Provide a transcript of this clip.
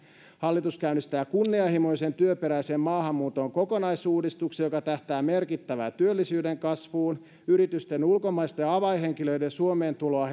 hallitus käynnistää kunnianhimoisen työperäisen maahanmuuton kokonaisuudistuksen joka tähtää merkittävään työllisyyden kasvuun yritysten ulkomaalaisten avainhenkilöiden suomeen tuloa